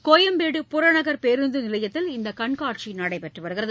கோபம்பேடு புறநகர் பேருந்து நிலையத்தில் இந்த கண்காட்சி நடைபெற்று வருகிறது